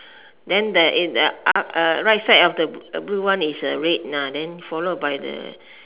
then there in the ah uh right side of the blue one is red ah then followed by the